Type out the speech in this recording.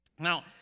Now